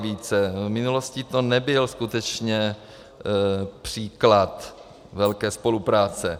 V minulosti to nebyl skutečně příklad velké spolupráce.